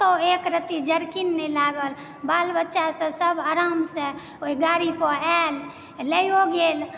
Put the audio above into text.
कनिको एक रति जर्किंग नहि लागल बाल बच्चा सब आराम से ओहि गाड़ी पर आयल लइयो गेल